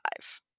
five